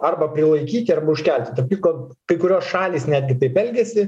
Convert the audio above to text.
arba prilaikyti arba užkelti tarp kitko kai kurios šalys netgi taip elgiasi